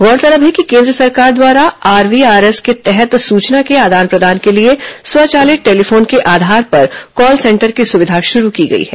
गौरतलब है कि केन्द्र सरकार द्वारा आरवीआरएस के तहत सूचना के आदान प्रदान के लिए स्वचालित टेलीफोन के आधार पर कॉल सेंटर की सुविधा शुरू की गई है